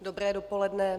Dobré dopoledne.